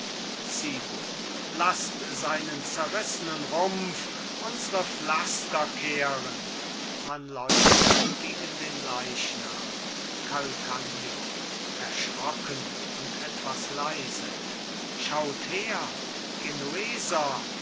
laßt seinen zerrissenen rumpf unsre pflaster kehren man leuchtet gegen den leichnam calcagno erschrocken und etwas leise schaut her genueser